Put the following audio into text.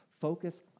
Focus